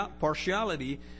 partiality